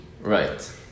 Right